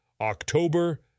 October